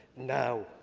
now.